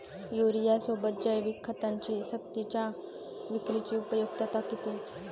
युरियासोबत जैविक खतांची सक्तीच्या विक्रीची उपयुक्तता किती?